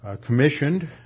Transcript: commissioned